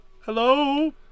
Hello